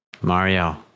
Mario